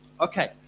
Okay